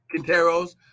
Quinteros